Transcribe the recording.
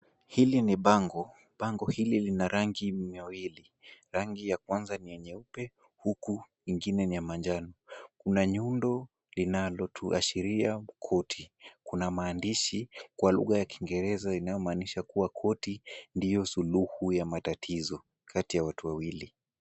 Hili ni bango. Bango hili lina rangi miwili. Rangi ya kwanza ya nyeupe huku ingine ni ya manjano. Kuna nyundo inayotuashiria koti. Kuna maandishi kwa lugha ya Kiingereza inayomaanisha kuwa koti, ndio suuhu ya matatizo kati ya watu wawili.